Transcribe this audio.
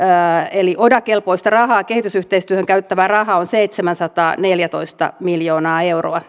eli oda kelpoista rahaa kehitysyhteistyöhön käytettävää rahaa on seitsemänsataaneljätoista miljoonaa euroa